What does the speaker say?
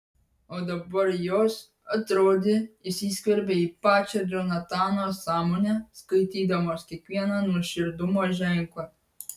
o dabar jos atrodė įsiskverbė į pačią džonatano sąmonę skaitydamos kiekvieną nuoširdumo ženklą